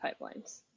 pipelines